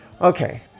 okay